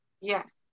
Yes